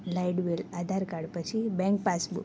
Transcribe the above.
light bill Aadhaar card પછી bank passbook